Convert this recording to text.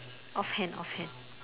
offhand offhand